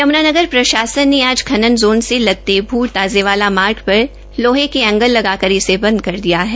यम्नानगर प्रशासन ने आज खनन जोन से लगते भूड ताजेवाला मार्ग पर लोहे के एंगल लगाकर इसे बंद कर दिया है